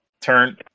turn